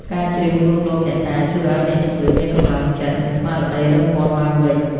ការច្រៀងលួងលោមអ្នកតា ជួយឱ្យអ្នកជំងឺមានកម្លាំងចិត្ត និងស្មារតីរឹងមាំឡើងវិញ។